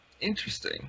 interesting